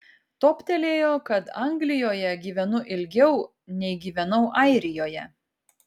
toptelėjo kad anglijoje gyvenu ilgiau nei gyvenau airijoje